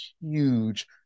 huge